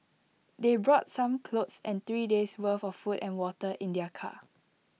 they brought some clothes and three days' worth of food and water in their car